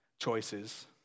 choices